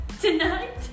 Tonight